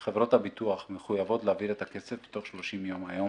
חברות הביטוח מחויבות להעביר את הכסף תוך 30 יום היום,